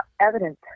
evidence